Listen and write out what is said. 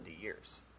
years